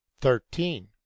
THIRTEEN